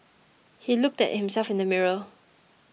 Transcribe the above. he looked at himself in the mirror